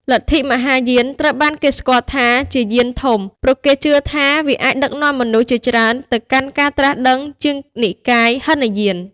លទ្ធិមហាយាន ត្រូវបានគេស្គាល់ថាជាយានធំ ព្រោះគេជឿថាវាអាចដឹកនាំមនុស្សជាច្រើនទៅកាន់ការត្រាស់ដឹងជាងនិកាយហីនយាន។